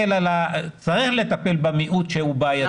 צריך לטפל במיעוט שהוא בעייתי,